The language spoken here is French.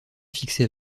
fixées